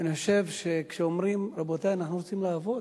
ואני חושב שכשאומרים: רבותי, אנחנו רוצים לעבוד,